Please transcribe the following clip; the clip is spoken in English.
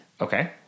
Okay